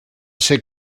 ser